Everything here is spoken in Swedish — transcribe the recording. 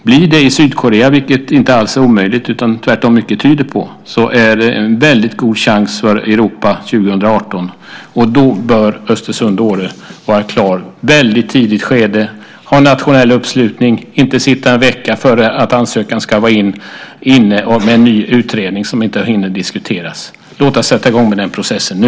Blir det i Sydkorea, vilket inte alls är omöjligt utan tvärtom mycket tyder på, blir det en väldigt god chans för Europa 2018. Då bör Östersund och Åre vara klara i ett väldigt tidigt skede, ha en nationell uppslutning och inte sitta en vecka innan ansökan ska vara inne med en ny utredning som inte hinner diskuteras. Låt oss sätta i gång med den processen nu!